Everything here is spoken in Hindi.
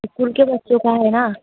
स्कूल के बच्चों का है न